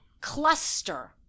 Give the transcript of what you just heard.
cluster